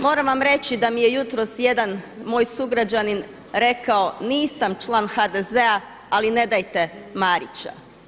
Moram vam reći da mi je jutros jedan moj sugrađanin rekao nisam član HDZ-a ali nedajte Marića.